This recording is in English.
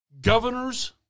governors